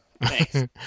Thanks